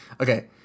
Okay